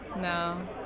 no